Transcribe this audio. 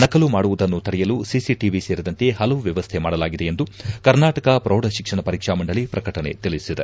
ನಕಲು ಮಾಡುವುದನ್ನು ತಡೆಯಲು ಸಿಸಿಟಿವಿ ಸೇರಿದಂತೆ ಪಲವು ವ್ಕವಸ್ಥೆ ಮಾಡಲಾಗಿದೆ ಎಂದು ಕರ್ನಾಟಕ ಪ್ರೌಢ ಶಿಕ್ಷಣ ಪರೀಕ್ಷಾ ಮಂಡಳಿ ಪ್ರಕಟಣೆ ತಿಳಿಸಿದೆ